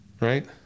Right